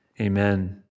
Amen